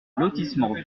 lotissement